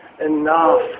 enough